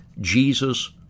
Jesus